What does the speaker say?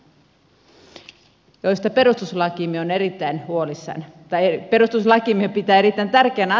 ja tästä perustuslakimme on erittäin huolissaan päivi perustuslakimme pitää erittäin tärkeänä